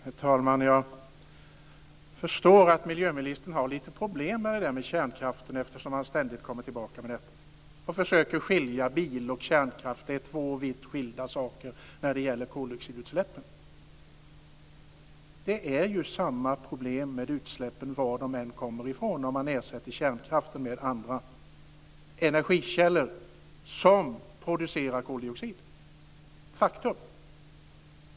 Herr talman! Jag förstår att miljöministern har lite problem med kärnkraften, eftersom han ständigt återkommer till den. Han försöker skilja bilar och kärnkraft åt. Det är två vitt skilda saker när det gäller koldioxidutsläppen. Men det är ju samma problem med utsläppen var de än kommer ifrån om man ersätter kärnkraften med andra energikällor som producerar koldioxid. Det är ett faktum.